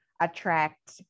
Attract